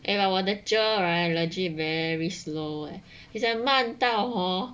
eh but 我的 teacher right legit very slow leh he's like 慢到 hor